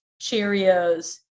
cheerios